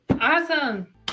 awesome